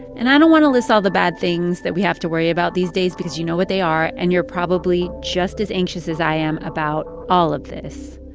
and i don't want to list all the bad things that we have to worry about these days because you know what they are, and you're probably just as anxious as i am about all of this.